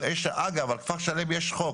אגב, על כפר שלם יש חוק.